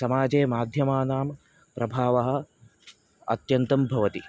समाजे माध्यमानां प्रभावः अत्यन्तं भवति